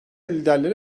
liderleri